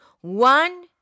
One